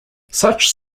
such